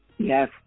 Yes